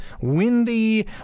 windy